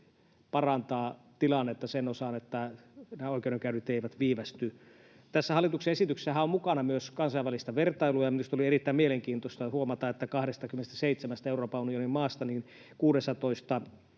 parantaa tilannetta sen osalta, että nämä oikeudenkäynnit eivät viivästy. Tässä hallituksen esityksessähän on mukana myös kansainvälistä vertailua, ja minusta oli erittäin mielenkiintoista huomata, että 27:stä Euroopan unionin maasta